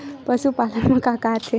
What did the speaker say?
पशुपालन मा का का आथे?